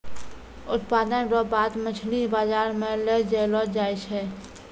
उत्पादन रो बाद मछली बाजार मे लै जैलो जाय छै